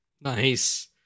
Nice